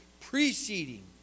preceding